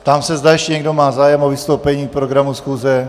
Ptám se, zda ještě někdo má zájem o vystoupení k programu schůze.